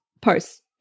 posts